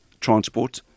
transport